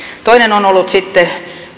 toinen on ollut sitten